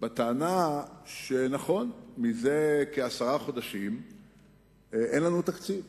לטענה ש"נכון, זה כעשרה חודשים אין לנו תקציב,